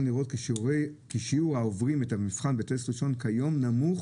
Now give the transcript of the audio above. לראות כי שיעור העוברים המבחן בטסט ראשון כיום נמוך